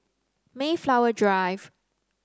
Mayflower Drive